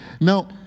now